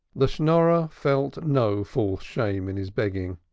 the schnorrer felt no false shame in his begging.